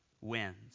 wins